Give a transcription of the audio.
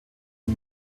und